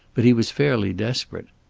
but he was fairly desperate.